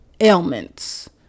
ailments